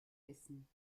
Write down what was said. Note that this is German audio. essen